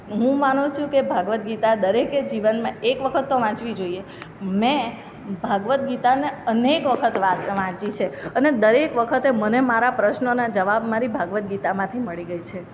હું માનું છું કે ભગવદ્ ગીતા દરેકે જીવનમાં એક વખત તો વાંચવી જોઈએ મેં ભગવદ્ ગીતાને અનેક વખત વા વાંચી છે અને દરેક વખતે મને મારા પ્રશ્નોના જવાબ મારી ભગવદ્ ગીતામાંથી મળી ગયેલા છે